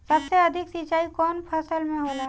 सबसे अधिक सिंचाई कवन फसल में होला?